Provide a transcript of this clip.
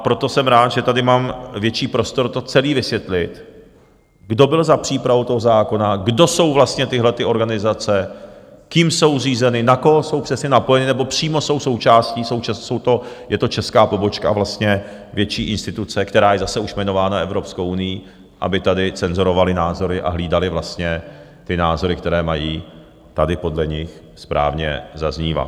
Proto jsem rád, že tady mám větší prostor to celé vysvětlit, kdo byl za přípravou toho zákona, kdo jsou vlastně tyhle organizace, kým jsou řízeny, na koho jsou přesně napojeny nebo přímo jsou součástí, je to česká pobočka vlastně, větší instituce, která je zase už jmenována Evropskou unií, aby tady cenzurovali názory a hlídali vlastně ty názory, které mají tady podle nich správně zaznívat.